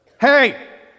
Hey